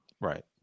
Right